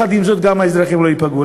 ויחד עם זאת גם האזרחים לא ייפגעו.